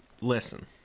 listen